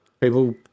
people